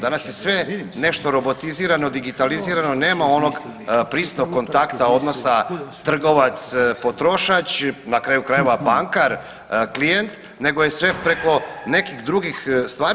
Danas je sve nešto robotizirano, digitalizirano, nema onog prisnog kontakta odnosa trgovac – potrošač, na kraju krajeva bankar – klijent, nego je sve preko nekih drugih stvari.